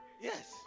Yes